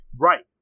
Right